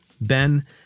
Ben